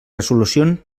resolucions